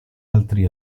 altri